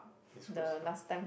East-Coast-Park